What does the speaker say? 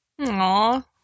Aww